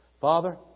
Father